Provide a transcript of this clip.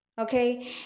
Okay